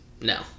No